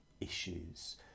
issues